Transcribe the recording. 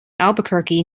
albuquerque